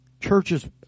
Churches